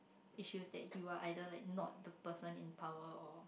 it feels that you are either like not the person in power or